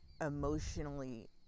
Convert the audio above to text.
emotionally